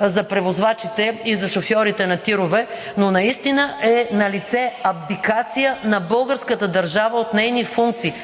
за превозвачите и за шофьорите на ТИР-ове. Наистина е налице абдикация на българската държава от нейните функции.